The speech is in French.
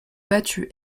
battu